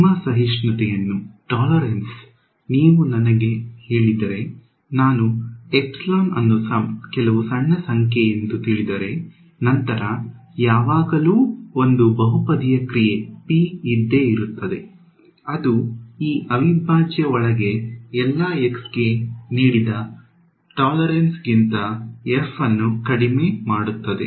ನಿಮ್ಮ ಸಹಿಷ್ಣುತೆಯನ್ನು ನೀವು ನನಗೆ ಹೇಳಿದರೆ ನಾವು ಎಪ್ಸಿಲಾನ್ ಅನ್ನು ಕೆಲವು ಸಣ್ಣ ಸಂಖ್ಯೆಯೆಂದು ತಿಳಿದರೆ ನಂತರ ಯಾವಾಗಲೂ ಒಂದು ಬಹುಪದೀಯ ಕ್ರಿಯೆ p ಇದ್ದೆ ಇರುತ್ತದೆ ಅದು ಈ ಅವಿಭಾಜ್ಯ ಒಳಗೆ ಎಲ್ಲಾ x ಗೆ ನೀಡಿದ ಸಹಿಷ್ಣುತೆಗಿಂತ f ಅನ್ನು ಕಡಿಮೆ ಮಾಡುತ್ತದೆ